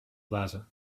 plaza